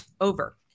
over